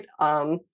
right